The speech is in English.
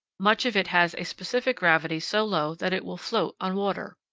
much of it has a specific gravity so low that it will float on water.